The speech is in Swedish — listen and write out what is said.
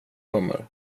kommer